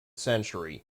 century